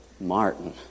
Martin